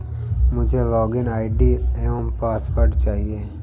मुझें login ID एवं password चाहिए